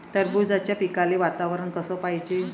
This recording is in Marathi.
टरबूजाच्या पिकाले वातावरन कस पायजे?